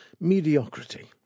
Mediocrity